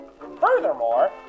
Furthermore